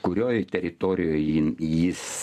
kurioj teritorijoj ji jis